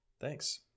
Thanks